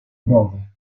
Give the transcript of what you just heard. prove